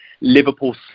Liverpool